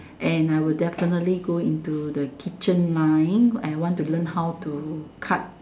and I will definitely go into the kitchen line and I want to learn how to cut